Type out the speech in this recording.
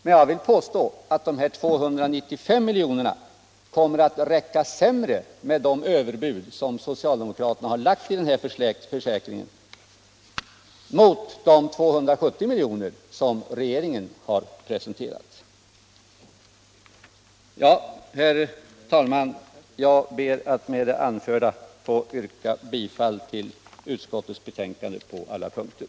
Men jag vill påstå att de 295 miljonerna kommer att räcka sämre med de överbud som socialdemokraterna har lagt än de 270 milj.kr. som regeringen har föreslagit. Herr talman! Jag ber att med det anförda få yrka bifall till utskottets hemställan på alla punkter.